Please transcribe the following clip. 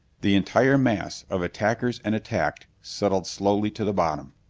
the entire mass of attackers and attacked settled slowly to the bottom.